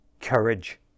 courage